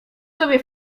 sobie